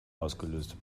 ausgelöst